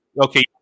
Okay